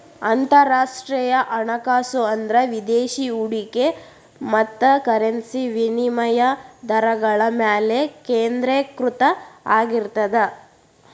ಅಂತರರಾಷ್ಟ್ರೇಯ ಹಣಕಾಸು ಅಂದ್ರ ವಿದೇಶಿ ಹೂಡಿಕೆ ಮತ್ತ ಕರೆನ್ಸಿ ವಿನಿಮಯ ದರಗಳ ಮ್ಯಾಲೆ ಕೇಂದ್ರೇಕೃತ ಆಗಿರ್ತದ